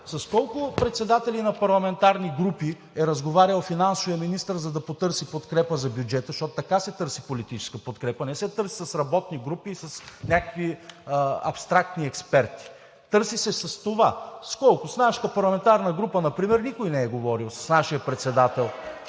с колко председатели на парламентарни групи е разговарял финансовият министър, за да потърси подкрепа за бюджета, защото така се търси политическа подкрепа – не се търси с работни групи и с някакви абстрактни експерти, търси се това?! С колко? С нашата парламентарна група например никой не е говорил, с нашия председател.